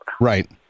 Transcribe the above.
Right